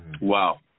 Wow